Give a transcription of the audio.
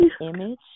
image